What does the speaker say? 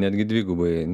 netgi dvigubai